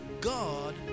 God